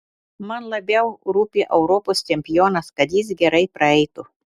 man labiau rūpi europos čempionas kad jis gerai praeitų